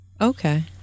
Okay